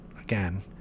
again